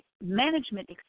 management